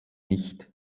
nicht